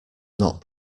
not